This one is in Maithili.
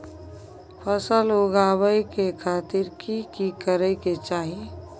फसल उगाबै के खातिर की की करै के चाही?